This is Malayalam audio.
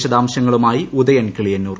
വിശദാംശങ്ങളുമായി ഉദയൻ കിളിയന്നൂർ